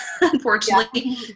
unfortunately